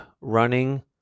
running